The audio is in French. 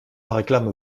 réclame